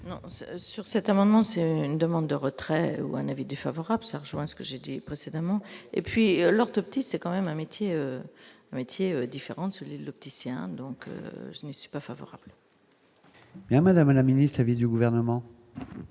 avis. Sur cet amendement, c'est une demande de retrait ou un avis défavorable, ça rejoint ce que j'ai dit précédemment et puis l'orthoptiste, c'est quand même un métier métier différentes, souligne l'opticien, donc je ne suis pas favorable. Mais, madame la ministre avait du gouvernement.